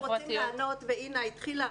אנחנו רוצים לענות ואינה התחילה,